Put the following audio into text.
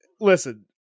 Listen